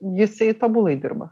jisai tobulai dirba